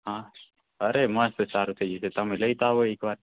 હા અરે મસ્ત સારું થઈ જશે તમે લઈ તો આવો એકવાર